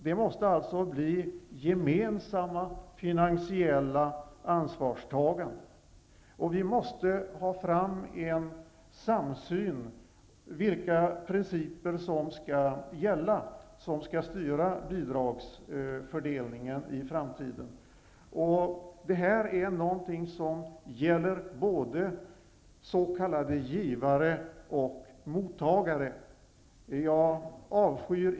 Det måste alltså bli fråga om ett gemensamt finansiellt ansvarstagande. Vidare måste vi få till stånd en samsyn när det gäller de principer som skall styra bidragsfördelningen i framtiden. Detta gäller både s.k. givare och mottagare.